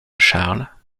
charles